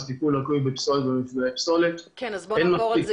טיפול לקוי בפסולת ומפגעי פסולת --- יניב,